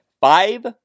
five